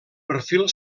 perfil